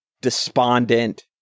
despondent